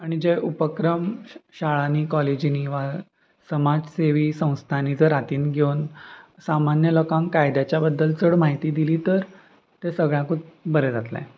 आनी जे उपक्रम शाळांनी कॉलेजींनी वा समाज सेवी संस्थांनी जर हातांत घेवन सामान्य लोकांक कायद्याच्या बद्दल चड म्हायती दिली तर तें सगळ्याकूच बरें जातलें